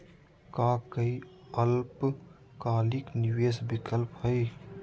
का काई अल्पकालिक निवेस विकल्प हई?